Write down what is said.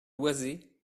loizé